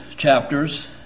chapters